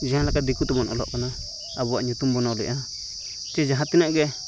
ᱡᱟᱦᱟᱸ ᱞᱮᱠᱟ ᱫᱤᱠᱩ ᱛᱮᱵᱚᱱ ᱚᱞᱚᱜ ᱠᱟᱱᱟ ᱟᱵᱚᱣᱟᱜ ᱧᱩᱛᱩᱢ ᱵᱚᱱ ᱚᱞᱮᱜᱼᱟ ᱪᱮ ᱡᱟᱦᱟᱛᱤᱱᱟᱹᱜ ᱜᱮ